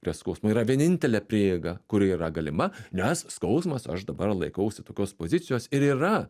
prie skausmo yra vienintelė prieiga kuri yra galima nes skausmas aš dabar laikausi tokios pozicijos ir yra